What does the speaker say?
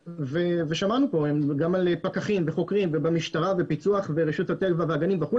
שמענו פה גם על פקחים וחוקרים ומשטרה ופיצו"ח ורשות הטבע והגנים וכו',